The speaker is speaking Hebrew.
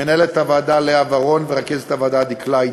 מנהלת הוועדה לאה ורון ורכזות הוועדה דקלה,